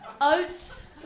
Oats